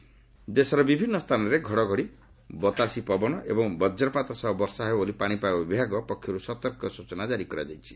IMD warning ଦେଶର ବିଭିନ୍ନ ସ୍ଥାନରେ ଘଡ଼ଘଡ଼ି ବତାସୀ ପବନ ଏବଂ ବଜ୍ରପାତ ସହ ବର୍ଷା ହେବ ବୋଲି ପାଶିପାଗ ବିଭାଗ ପକ୍ଷରୁ ସତର୍କ ସ୍ଚଚନା କାରି କରାଯାଇଛି